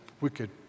wicked